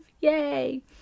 Yay